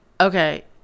okay